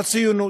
הציונות.